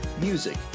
Music